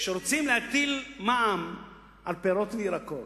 כשרוצים להטיל מע"מ על פירות וירקות,